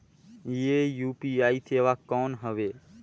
ये यू.पी.आई सेवा कौन हवे?